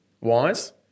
wise